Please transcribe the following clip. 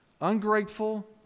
ungrateful